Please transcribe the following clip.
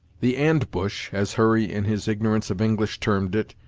the and-bush, as hurry in his ignorance of english termed it,